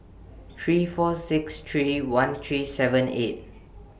three four six three one three seven eight